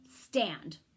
stand